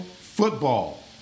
football